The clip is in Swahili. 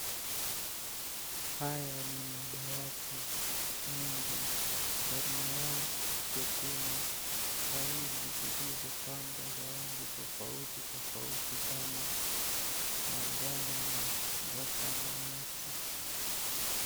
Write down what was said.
Haya ni madawati mengi ndani yake kuna faili zilizopangwa za rangi tofauti tofauti kama manjano na samawati.